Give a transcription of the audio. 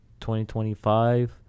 2025